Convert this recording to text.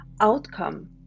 outcome